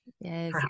yes